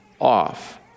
off